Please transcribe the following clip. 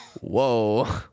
Whoa